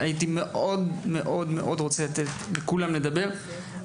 הייתי מאוד רוצה לתת לכולם לדבר,